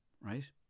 right